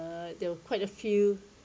uh there were quite a few